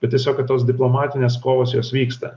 bet tiesiog kad tos diplomatinės kovos jos vyksta